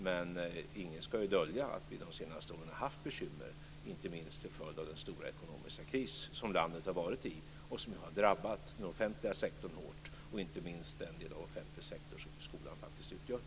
Men ingen ska dölja att vi de senaste åren haft bekymmer inte minst till följd av den stora ekonomiska kris som landet har varit i och som har drabbat den offentliga sektorn hårt, inte minst den del av den offentliga sektorn som skolan utgör.